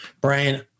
Brian